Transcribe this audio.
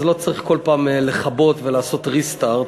לא צריך כל פעם לכבות ולעשות restart.